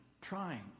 trying